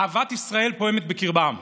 אהבת ישראל פועמת בקרבם,